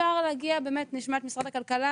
נשמע את משרד הכלכלה,